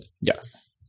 yes